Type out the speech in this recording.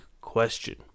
question